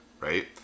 right